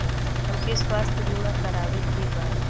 हमके स्वास्थ्य बीमा करावे के बा?